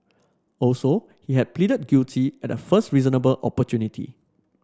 also he had pleaded guilty at the first reasonable opportunity